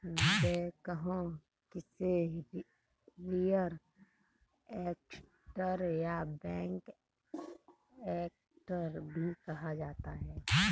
backhoe जिसे rear actor या back actor भी कहा जाता है